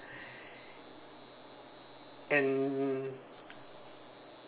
and